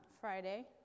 Friday